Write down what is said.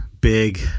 big